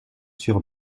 sur